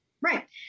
right